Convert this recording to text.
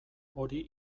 hori